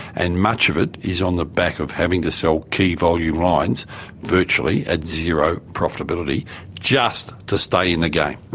and much of it is on the back of having to sell key volume lines virtually at zero profitability just to stay in the game.